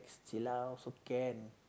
chill lah also can